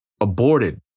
aborted